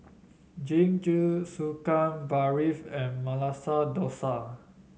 Jingisukan Barfi and Masala Dosa